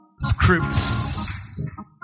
Scripts